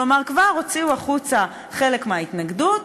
כלומר, כבר הוציאו החוצה חלק מההתנגדות,